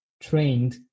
trained